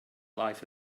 life